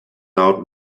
out